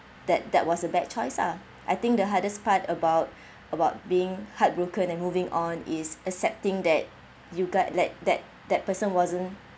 that that was a bad choice lah I think the hardest part about about being heartbroken and moving on is accepting that you got that that that person wasn't